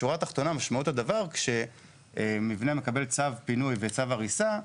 משמעות הדבר היא שכשמבנה מקבל צו פינוי וצו הריסה,